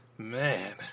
Man